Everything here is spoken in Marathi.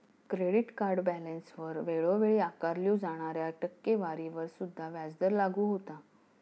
क्रेडिट कार्ड बॅलन्सवर वेळोवेळी आकारल्यो जाणाऱ्या टक्केवारीवर सुद्धा व्याजदर लागू होता